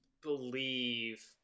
believe